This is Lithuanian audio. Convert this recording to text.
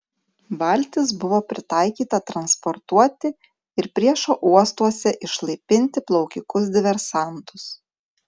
valtis buvo pritaikyta transportuoti ir priešo uostuose išlaipinti plaukikus diversantus